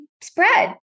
spread